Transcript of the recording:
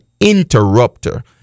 interrupter